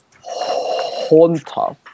Haunter